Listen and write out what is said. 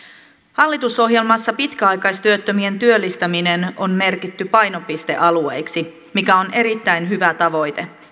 hallitusohjelmassa pitkäaikaistyöttömien työllistäminen on merkitty painopistealueeksi mikä on erittäin hyvä tavoite